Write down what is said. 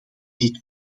dit